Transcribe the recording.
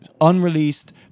Unreleased